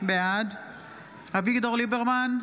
בעד אביגדור ליברמן,